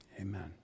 Amen